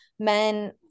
Men